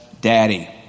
Daddy